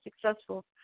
successful